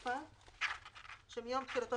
"תיקון פקודת מס הכנסה - הוראת שעה 14. בתקופה שמיום תחילתו